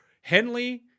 henley